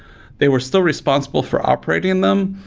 they were still responsible for operating them,